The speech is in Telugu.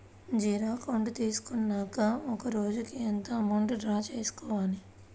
జీరో అకౌంట్ తీసుకున్నాక ఒక రోజుకి ఎంత అమౌంట్ డ్రా చేసుకోవాలి?